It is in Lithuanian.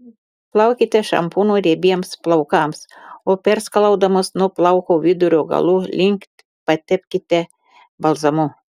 plaukite šampūnu riebiems plaukams o perskalaudamos nuo plauko vidurio galų link patepkite balzamu